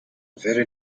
very